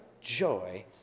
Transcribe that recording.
joy